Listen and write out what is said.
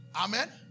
Amen